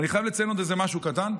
ואני חייב לציין עוד איזה משהו קטן.